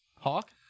Hawk